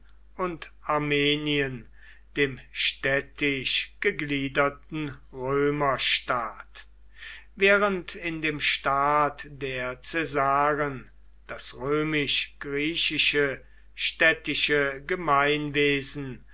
und armenien dem städtisch gegliederten römerstaat während in dem staat der caesaren das römisch griechische städtische gemeinwesen